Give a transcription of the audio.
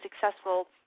successful